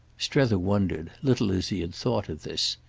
strether wondered little as he had thought of this.